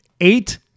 eight